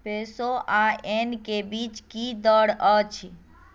peso आ yen के बीच की दर अछि